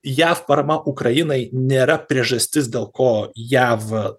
jav parama ukrainai nėra priežastis dėl ko jav